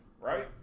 right